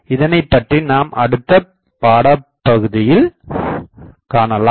இதனை பற்றி நாம் அடுத்த படபகுதியில் காணலாம்